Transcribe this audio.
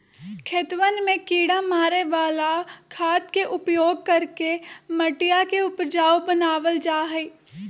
खेतवन में किड़ा मारे वाला खाद के उपयोग करके मटिया के उपजाऊ बनावल जाहई